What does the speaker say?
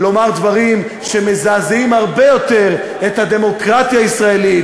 לומר דברים שמזעזעים הרבה יותר את הדמוקרטיה הישראלית